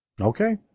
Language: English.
Okay